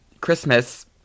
Christmas